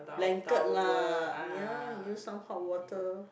blanket lah ya use some hot water